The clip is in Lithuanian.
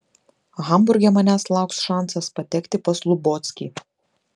hamburge manęs lauks šansas patekti pas lubockį